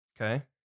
Okay